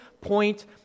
point